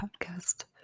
podcast